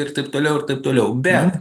ir taip toliau ir taip toliau bet